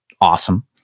awesome